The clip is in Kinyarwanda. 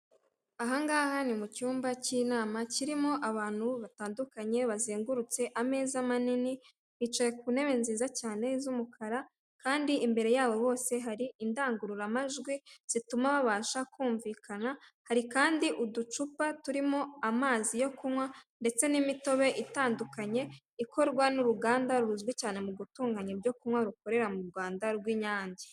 Aha ngaha ni mu cyumba cy'inama kirimo abantu batandukanye bazengurutse ameza manini, bicaye ku ntebe nziza cyane z'umukara kandi imbere yabo hose hari indangururamajwi zituma babasha kumvikana, hari kandi uducupa turimo amazi yo kunywa ndetse n'imitobe itandukanye ikorwa n'uruganda ruzwi cyane mu gutunganya ibyo kunywa rukorera mu Rwaanda rw'Inyange.